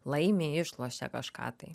laimi išlošia kažką tai